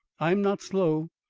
i'm not slow,